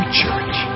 church